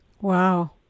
Wow